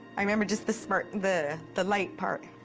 i remember just the spark the the light part.